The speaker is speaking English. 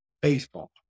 baseball